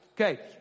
Okay